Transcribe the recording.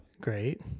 Great